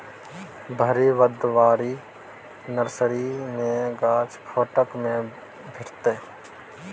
भरि भदवारी नर्सरी मे गाछ फोकट मे भेटितै